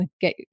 get